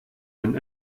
den